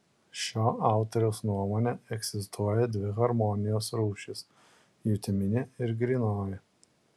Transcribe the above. šio autoriaus nuomone egzistuoja dvi harmonijos rūšys jutiminė ir grynoji